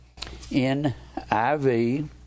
NIV